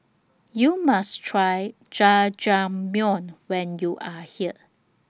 YOU must Try Jajangmyeon when YOU Are here